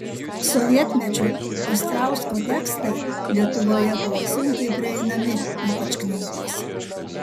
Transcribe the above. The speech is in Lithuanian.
sovietmečiu ostrausko tekstai lietuvoje buvo sunkiai prieinami ypač knygos